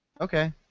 Okay